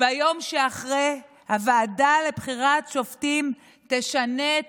ביום שאחרי הוועדה לבחירת שופטים תשנה את